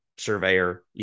surveyor